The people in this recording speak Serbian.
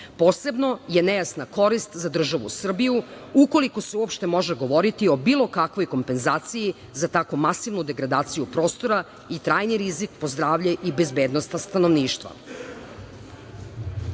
Posebno je nejasna korist za državu Srbiju, ukoliko se uopšte može govoriti o bilo kakvoj kompenzaciji za tako masivnu degradaciju prostora i trajni rizik po zdravlje i bezbednost stanovništva. Prostorni